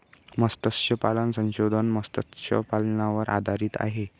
मत्स्यपालन संशोधन मत्स्यपालनावर आधारित आहे